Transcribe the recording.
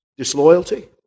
Disloyalty